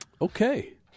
Okay